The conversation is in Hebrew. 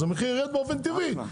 אז המחיר ירד באופן טבעי,